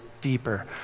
deeper